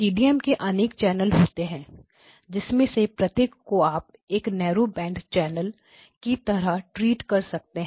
TDM के अनेक channel होते हैं जिनमें से प्रत्येक को आप एक नेरो बैंड चैनल की तरह ट्रीट कर सकते हैं